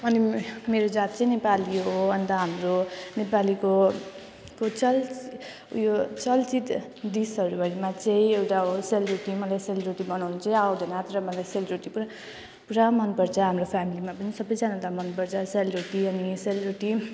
अनि मेरो जात चाहिँ नेपाली हो अन्त हाम्रो नेपालीको को चल् उयो चर्चित डिसहरू हरूमा चाहिँ एउटा हो सेलरोटी मलाई सेलरोटी बनाउनु चाहिँ आउँदैन तर मलाई सेलरोटी पुरा पुरा मनपर्छ हाम्रो फ्यामिलीमा पनि सबैजनालाई मनपर्छ सेलरोटी अनि सेलरोटी